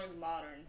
modern